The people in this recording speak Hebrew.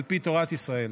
על פי תורת ישראל.